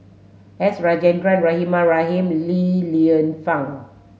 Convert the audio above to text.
S Rajendran Rahimah Rahim Li Lienfung